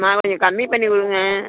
அம்மா கொஞ்சம் கம்மி பண்ணிக்கொடுங்க